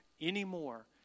anymore